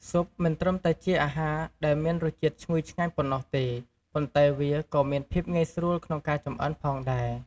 ស៊ុបមិនត្រឹមតែជាអាហារដែលមានរសជាតិឈ្ងុយឆ្ងាញ់ប៉ុណ្ណោះទេ ប៉ុន្តែវាក៏មានភាពងាយស្រួលក្នុងការចម្អិនផងដែរ។